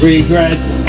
Regrets